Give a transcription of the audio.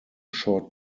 short